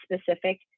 specific